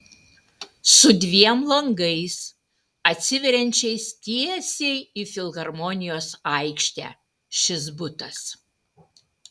su dviem langais atsiveriančiais tiesiai į filharmonijos aikštę šis butas